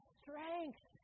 strength